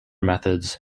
methods